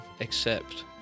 accept